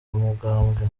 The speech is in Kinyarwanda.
umugambwe